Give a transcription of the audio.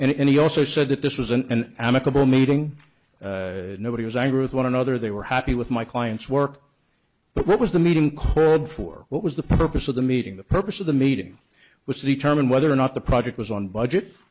and he also said that this was an amicable meeting nobody was angry with one another they were happy with my client's work but what was the meeting before what was the purpose of the meeting the purpose of the meeting was determine whether or not the project was on budget